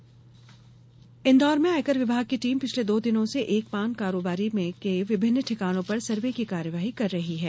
आयकर सर्वे इंदौर में आयकर विभाग की टीम पिछले दो दिनों से एक पान कारोबारी के विभिन्न ठिकानों पर सर्वे की कार्रवाई कर रही है